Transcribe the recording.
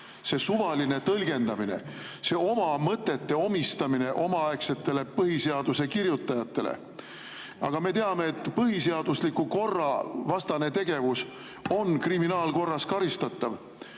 see suvaline tõlgendamine, see oma mõtete omistamine omaaegsetele põhiseaduse kirjutajatele? Me teame, et põhiseadusliku korra vastane tegevus on kriminaalkorras karistatav.